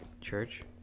church